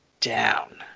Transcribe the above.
down